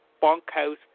bunkhouse